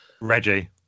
Reggie